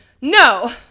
No